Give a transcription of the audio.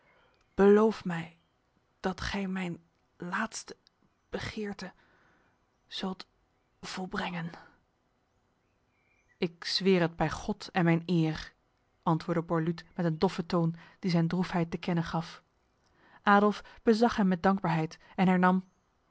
beloof mij dat gij mijn laatste begeerte zult volbrengen ik zweer het bij god en mijn eer antwoordde borluut met een doffe toon die zijn droefheid te kennen gaf adolf bezag hem met dankbaarheid en